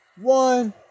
one